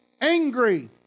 angry